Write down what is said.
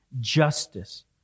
Justice